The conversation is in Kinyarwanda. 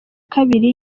kabiri